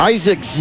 Isaac